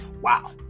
Wow